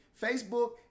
Facebook